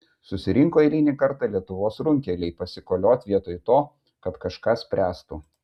susirinko eilinį kartą lietuvos runkeliai pasikolioti vietoj to kad kažką spręstų